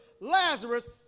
Lazarus